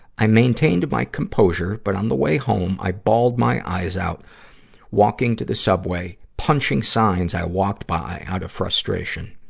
i maintained my composure, but on the way home, i bawled my eyes out walking to the subway, punching signs i walked by out of frustration.